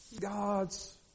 God's